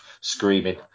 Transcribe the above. screaming